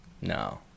No